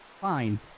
fine